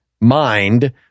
mind